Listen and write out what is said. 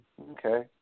okay